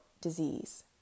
disease